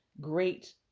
great